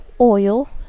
oil